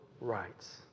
rights